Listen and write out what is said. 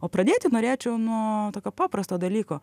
o pradėti norėčiau nuo tokio paprasto dalyko